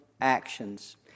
actions